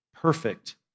perfect